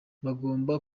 mugomba